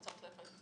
הוא צריך לעשות.